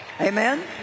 amen